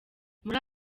muri